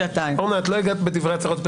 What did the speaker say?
אורנה, לא הגעת בדברי הצהרות הפתיחה.